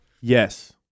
Yes